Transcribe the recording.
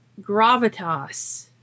gravitas